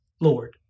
Lord